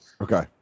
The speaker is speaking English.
okay